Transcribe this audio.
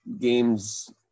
games